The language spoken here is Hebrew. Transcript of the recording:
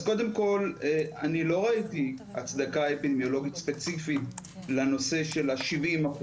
אז קודם כל אני לא ראיתי הצדקה אפידמיולוגית ספציפית לנושא של ה-70%.